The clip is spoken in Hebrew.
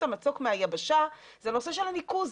המצוק מהיבשה זה הנושא של הניקוז.